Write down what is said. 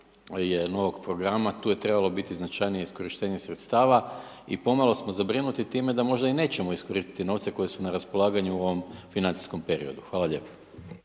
je novog programa, tu je trebalo biti značajnije iskorištenje sredstava i pomalo smo zabrinuti time da možda i nećemo iskoristiti novce koji su na raspolaganju u ovom financijskom periodu. Hvala lijepo.